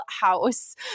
house